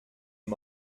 est